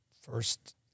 first